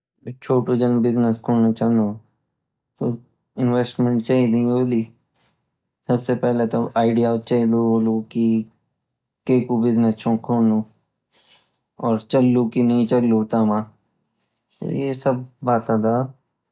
छोटू जन बिज़नेस करणु चांदु तो इन्वेस्टमेंट चीनी होली सबसे पहले तो आईडिया चेलु की केकु बिज़नेस छो खोल्नु और की चालू की नई चालू